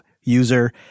user